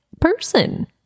person